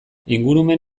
ingurumen